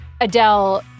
Adele